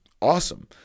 awesome